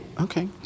Okay